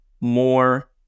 more